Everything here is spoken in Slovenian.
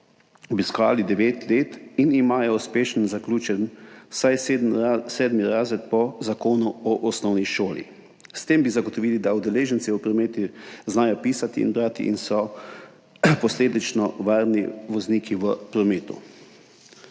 obiskovale devet let in imajo uspešno zaključen vsaj sedmi razred po Zakonu o osnovni šoli. S tem bi zagotovili, da udeleženci v prometu znajo pisati in brati in so posledično varni vozniki v prometu.